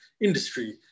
industry